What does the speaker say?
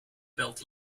belt